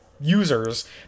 users